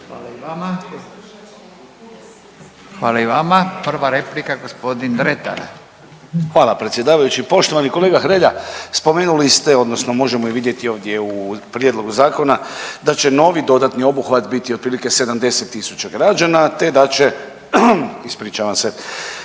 (Nezavisni)** Hvala i vama. Prva replika, g. Dretar. **Dretar, Davor (DP)** Hvala predsjedavajući, poštovani kolega Hrelja, spomenuli ste, odnosno možemo i vidjeti ovdje u prijedlogu zakona, da će novi dodatni obuhvat biti otprilike 70 tisuća građana te da će, ispričavam se,